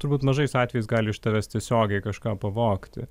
turbūt mažais atvejais gali iš tavęs tiesiogiai kažką pavogti